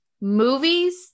Movies